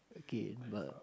okay but